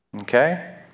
Okay